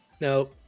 no